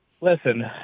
listen